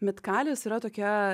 mitkalis yra tokia